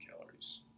calories